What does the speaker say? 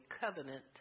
covenant